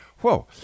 whoa